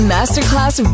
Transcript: Masterclass